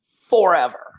forever